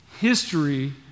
history